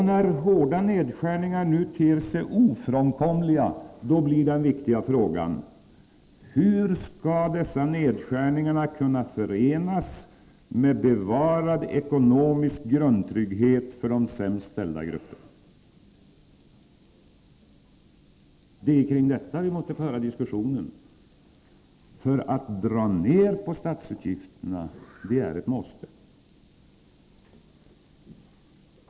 När hårda nedskärningar nu ter sig ofrånkomliga blir den viktiga frågan hur dessa nedskärningar skall kunna förenas med bevarad ekonomisk grundtrygghet för de sämst ställda grupperna. Det är om detta som vi måste föra diskussionen, eftersom det är ett måste att dra ned på statsutgifterna.